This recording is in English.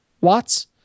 watts